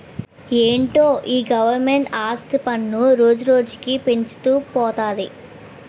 ఏటో ఈ గవరమెంటు ఆస్తి పన్ను రోజురోజుకీ పెంచుతూ పోతంది